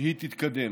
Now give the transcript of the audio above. שהיא תתקדם.